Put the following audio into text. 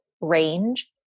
range